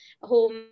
home